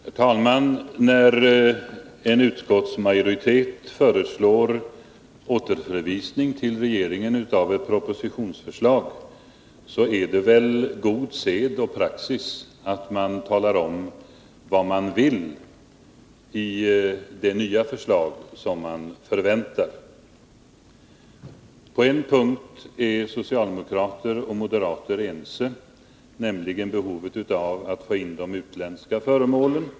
Herr talman! När en utskottsmajoritet föreslår återförvisning till regeringen av ett propositionsförslag är det väl god sed och praxis att man talar om vad man vill ha i det nya förslag som man förväntar. På en punkt är socialdemokrater och moderater ense, nämligen i fråga om behovet att få med de utländska föremålen.